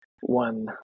one